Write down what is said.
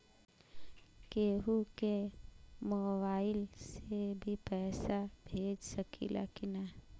केहू के मोवाईल से भी पैसा भेज सकीला की ना?